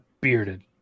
Bearded